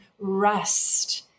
rest